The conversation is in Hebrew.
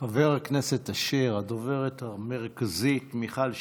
חבר הכנסת אשר, הדוברת המרכזית, מיכל שיר,